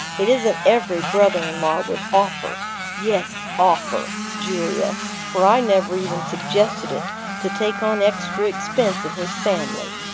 it isn't every brother-in-law would offer yes, offer, julia, for i never even suggested it to take on extra expense in his family.